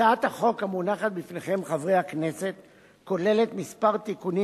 הצעת החוק כוללת כמה תיקונים